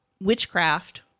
witchcraft